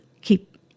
keep